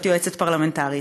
להיות יועצת פרלמנטרית,